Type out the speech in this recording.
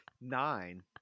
nine